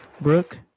Brooke